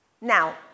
Now